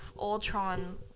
Ultron